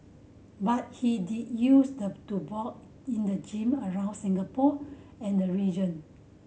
but he did used to box in the gym around Singapore and the region